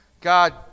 God